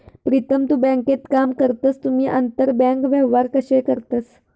प्रीतम तु बँकेत काम करतस तुम्ही आंतरबँक व्यवहार कशे करतास?